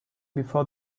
before